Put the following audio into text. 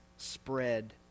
spread